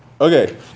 Okay